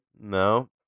No